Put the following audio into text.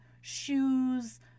shoes